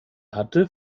hatte